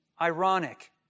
ironic